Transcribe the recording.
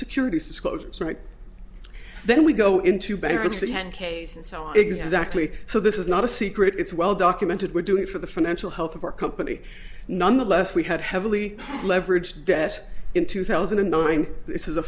disclosures right then we go into bankruptcy ten cases so exactly so this is not a secret it's well documented we're doing it for the financial health of our company nonetheless we had heavily leveraged debt in two thousand and nine this is a